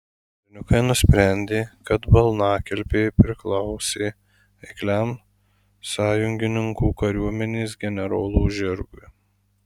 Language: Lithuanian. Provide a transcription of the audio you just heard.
berniukai nusprendė kad balnakilpė priklausė eikliam sąjungininkų kariuomenės generolo žirgui